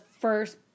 first